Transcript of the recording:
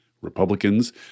Republicans